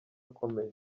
akomeye